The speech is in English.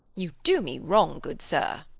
you do me wrong, good sir.